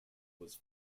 was